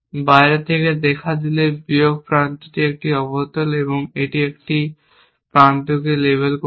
বাইরে থেকে দেখা গেলে বিয়োগ প্রান্তটি একটি অবতল এবং আমি এটি এবং এই প্রান্তটিকে লেবেল করব